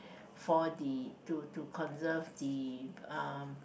for the to to conserve the uh